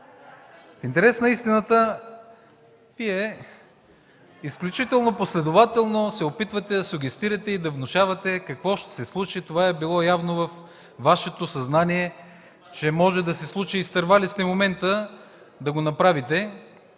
В интерес на истината, Вие изключително последователно се опитвате да сугестирате и да внушавате какво ще се случи. Явно това е било във Вашето съзнание, че може да се случи. Изтърва ли сте момента да го направите